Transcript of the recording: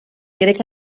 grec